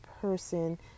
person